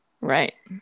Right